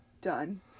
done